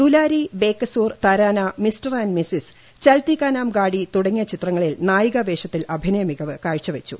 Dulari Bekasoor Tarana Mr and Mrs Chalti Ka Naam Gaadi തുടങ്ങിയ ചിത്രങ്ങളിൽ നായികാ വേഷത്തിൽ അഭിനയ മികവ് കാഴ്ച വച്ചു